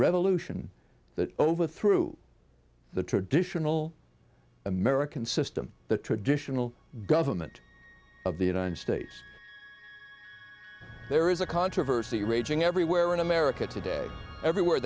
revolution that overthrew the traditional american system the traditional government of the united states there is a controversy raging everywhere in america today everywhere